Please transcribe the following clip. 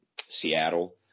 Seattle